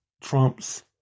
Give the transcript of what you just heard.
Trump's